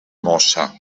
mossa